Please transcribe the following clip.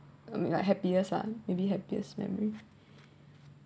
I mean like happiest lah maybe happiest memory